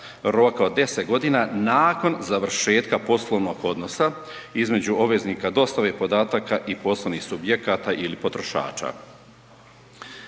roka od 10 godina nakon završetka poslovnog odnosa između obveznika dostave podataka i poslovnih subjekata ili potrošača.